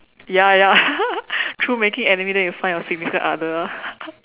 ya ya through making enemy then you find your significant other